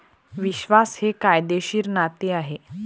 विश्वास हे कायदेशीर नाते आहे